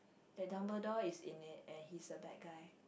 the Dumbledore is in it and he is a bad guy